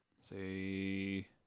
Say